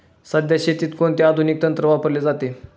सध्या शेतीत कोणते आधुनिक तंत्र वापरले जाते?